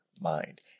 mind